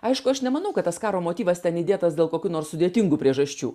aišku aš nemanau kad tas karo motyvas ten įdėtas dėl kokių nors sudėtingų priežasčių